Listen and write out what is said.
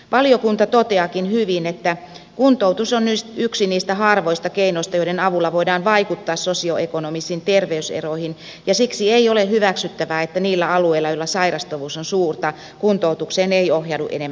valiokunta toteaakin hyvin että kuntoutus on yksi niistä harvoista keinoista joiden avulla voidaan vaikuttaa sosioekonomisiin terveyseroihin ja siksi ei ole hyväksyttävää että niillä alueilla joilla sairastavuus on suurta kuntoutukseen ei ohjaudu enemmän henkilöitä